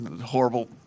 horrible